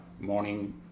morning